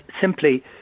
simply